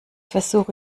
versuche